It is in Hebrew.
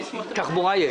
יש תחבורה.